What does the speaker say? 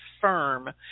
firm